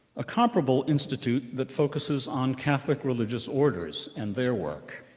a comparable institute that focuses on catholic religious orders and their work?